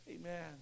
Amen